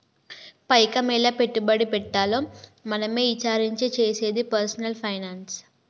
పైకం ఎలా పెట్టుబడి పెట్టాలో మనమే ఇచారించి చేసేదే పర్సనల్ ఫైనాన్స్